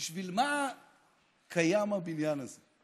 בשביל מה קיים הבניין הזה?